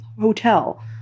hotel